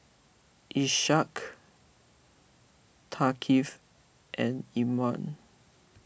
Ishak Thaqif and Imran